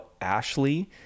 Ashley